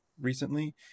recently